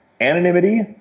anonymity